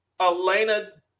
Elena